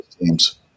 teams